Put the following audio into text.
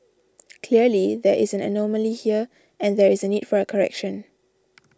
clearly there is an anomaly here and there is a need for a correction